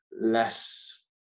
less